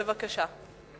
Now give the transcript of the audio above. בבקשה.